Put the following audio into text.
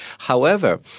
however,